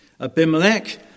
Abimelech